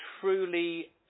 truly